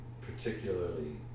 particularly